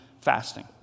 fasting